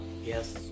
yes